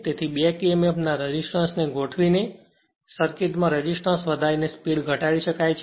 તેથી back Emf ના resistance ને ગોઠવી ને સર્કિટ માં રેઝિસ્ટન્સ વધારીને સ્પીડ ઘટાડી શકાય છે